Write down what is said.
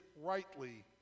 rightly